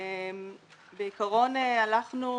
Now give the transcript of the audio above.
בעיקרון, הלכנו